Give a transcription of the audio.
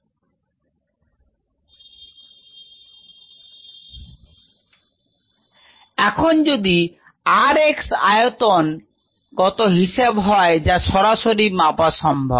rgddtVdxdt এখন যদি r x আয়তন গত হিসাব হয় যা সরাসরি মাপা সম্ভব